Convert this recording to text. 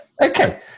Okay